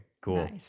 cool